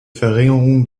verringerung